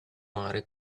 mare